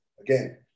again